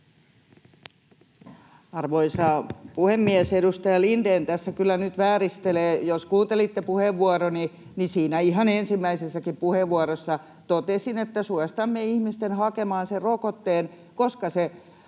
Arvoisa puhemies! Edustaja Lindén tässä kyllä nyt vääristelee. Jos kuuntelitte puheenvuoroni, niin siinä ihan ensimmäisessäkin puheenvuorossa totesin, että kehotamme ihmisiä hakemaan sen rokotteen, koska se